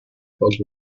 fog